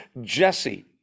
Jesse